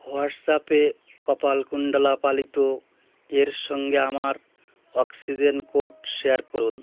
হোয়াটসঅ্যাপে কপালকুণ্ডলা পালিত এর সঙ্গে আমার অক্সিজেন কোড শেয়ার করুন